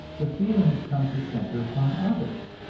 the feelings come to center upon others,